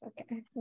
Okay